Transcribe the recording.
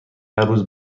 هرروز